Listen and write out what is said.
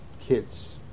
kids